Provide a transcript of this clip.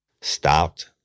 stopped